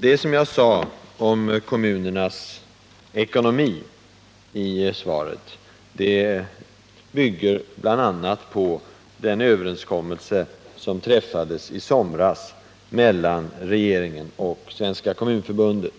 Det som jag i svaret sade om kommunernas ekonomi bygger bl.a. på den överenskommelse som i somras träffades mellan regeringen och Svenska kommunförbundet.